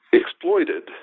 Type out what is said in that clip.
exploited